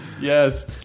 Yes